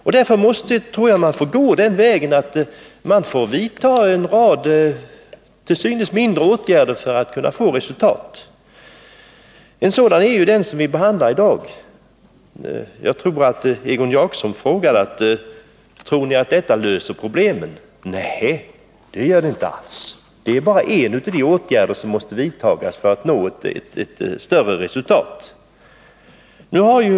Jag tror således att den rätta vägen är att vidta en rad till synes små åtgärder för att nå resultat. En sådan åtgärd är den som vi behandlar i dag. Egon Jacobsson frågade: Tror ni att detta löser problemen? Nej, det gör det inte. Det är bara en av de åtgärder som måste vidtas för att vi skall nå resultat.